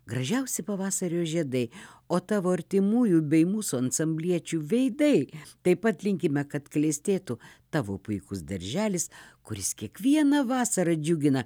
gražiausi pavasario žiedai o tavo artimųjų bei mūsų ansambliečių veidai taip pat linkime kad klestėtų tavo puikus darželis kuris kiekvieną vasarą džiugina